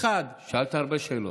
שאלת הרבה שאלות.